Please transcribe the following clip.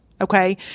Okay